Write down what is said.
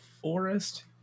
forest